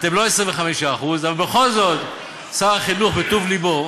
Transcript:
אתם לא 25%, בכל זאת שר החינוך, בטוב לבו,